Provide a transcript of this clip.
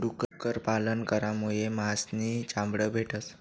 डुक्कर पालन करामुये मास नी चामड भेटस